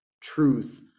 truth